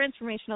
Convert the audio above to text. transformational